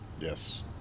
Yes